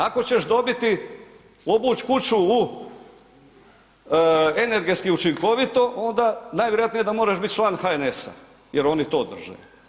Ako ćeš dobiti, obuć kuću u energetski učinkovito, onda najvjerojatnije da moraš bit član HNS-a jer oni to drže.